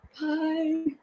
Bye